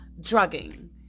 drugging